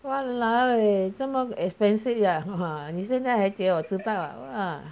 !whoa! eh 这么 expensive yeah haha 你现在还给我知道 ah